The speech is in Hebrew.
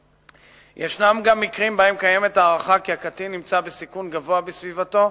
יש גם מקרים שבהם קיימת הערכה כי הקטין נמצא בסיכון גבוה בסביבתו,